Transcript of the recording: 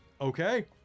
Okay